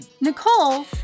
Nicole